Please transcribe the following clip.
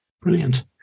Brilliant